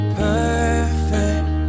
perfect